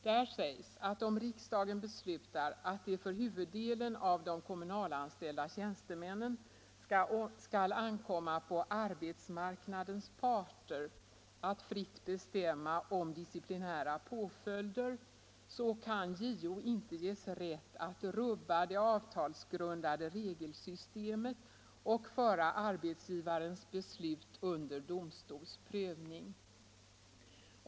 Där sägs, att om riksdagen beslutar att det för huvuddelen av de kommunalanställda tjänstemännen skall ankomma på arbetsmarknadens parter att fritt bestämma om disciplinära påföljder, kan JO inte ges rätt att rubba det avtalsgrundade regelsystemet och föra arbetsgivarens beslut under domstols prövning.